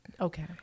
Okay